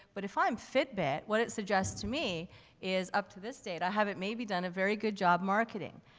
but if i'm fitbit, what it suggests to me is up to this date, i haven't maybe done a very good job marketing.